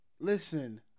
Listen